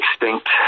extinct